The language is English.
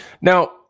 Now